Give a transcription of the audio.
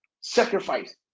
sacrifice